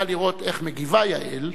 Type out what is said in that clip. היה לראות איך מגיבה יעל.